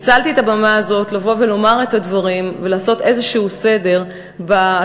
ניצלתי את הבמה הזאת לבוא ולומר את הדברים ולעשות איזשהו סדר בהצעות,